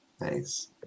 nice